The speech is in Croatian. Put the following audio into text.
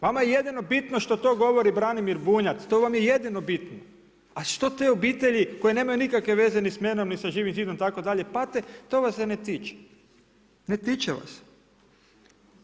Vama je jedino bitno što to govori Branimir Bunjac, to vam je jedino bitno, a što te obitelji koje nemaju nikakve veze ni sa mnom ni sa Živim zidom itd. pate to vas se ne tiče, ne tiče vas se.